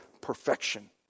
perfection